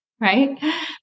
right